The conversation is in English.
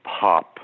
pop